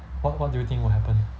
what what do you think will happen